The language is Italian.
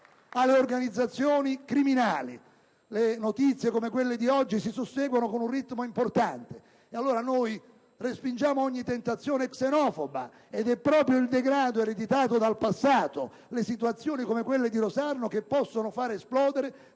alle organizzazioni criminali. Notizie come quelle di oggi si susseguono con un ritmo importante. *(Applausi dal Gruppo PdL).* Noi respingiamo ogni tentazione xenofoba, ed è proprio il degrado ereditato dal passato e le situazioni come quella di Rosarno che possono fare esplodere